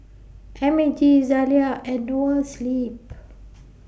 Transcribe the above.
M A G Zalia and Noa Sleep